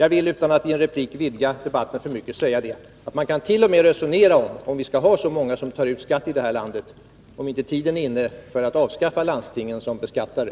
Jag vill, utan att i en replik förlänga debatten för mycket, säga att man t.o.m. kan resonera om huruvida vi skall ha så många som tar ut skatt i landet, dvs. om inte tiden är inne för att avskaffa landstingen som beskattare.